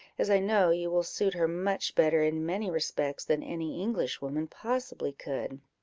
as i know you will suit her much better in many respects than any englishwoman possibly could.